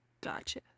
Gotcha